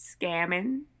scamming